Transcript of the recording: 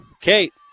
Kate